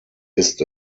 ist